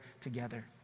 together